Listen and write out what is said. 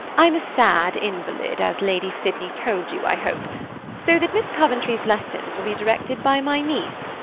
i'm a sad invalid, as lady sydney told you, i hope so that miss coventry's lessons will be directed by my niece,